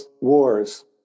wars